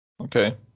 okay